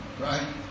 Right